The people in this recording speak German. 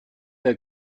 der